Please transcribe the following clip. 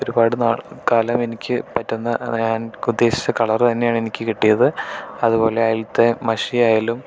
ഒരുപാട് നാൾ കാലം എനിക്ക് പറ്റുന്ന ഞാൻ ഉദ്ദേശിച്ച കളർ തന്നെയാണ് എനിക്ക് കിട്ടിയത് അതുപോലെ അതിലത്തെ മഷിയായാലും